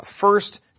First